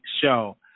show